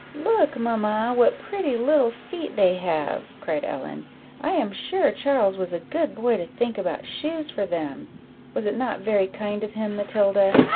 look, mamma! what pretty little feet they have, cried ellen i am sure charles was a good boy to think about shoes for them was it not very kind of him, matilda?